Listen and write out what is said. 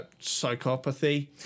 Psychopathy